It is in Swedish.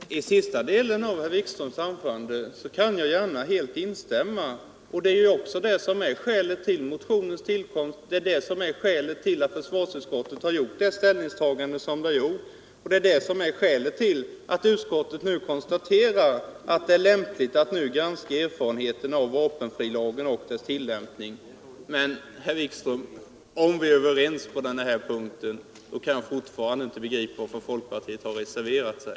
Fru talman! I den sista delen av herr Wikströms anförande kan jag helt instämma. Och det är också ett liknande resonemang som har varit orsaken till motionens tillkomst, liksom det också är skälet till att försvarsutskottet har gjort det ställningstagande som utskottet gjort. Det är också det som är skälet till att utskottet nu konstaterar att det är lämpligt att närmare granska erfarenheterna av vapenfrilagen och dess tillämpning. Men, herr Wikström, om vi är överens på den punkten, så kan jag fortfarande inte begripa varför folkpartiet har reserverat sig.